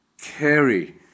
carry